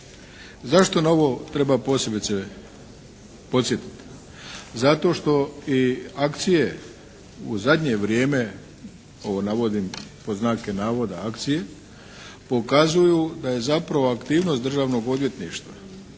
Zašto na ovo treba posebice podsjetiti? Zato što i "akcije" u zadnje vrijeme pokazuju da je zapravo aktivnost Državnog odvjetništva